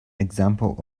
example